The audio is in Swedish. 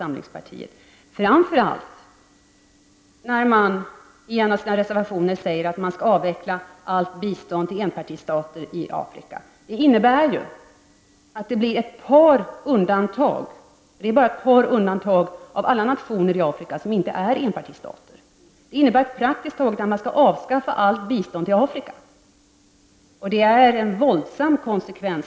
Framför allt gäller det när moderaterna i en reservation säger att allt bistånd till enpartistater i Afrika skall avvecklas. Det är endast är ett par av alla nationer i Afrika som inte är enpartistater. Det innebär i sin tur att praktiskt taget allt bistånd till Afrika skall avskaffas.